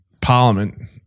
Parliament